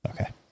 Okay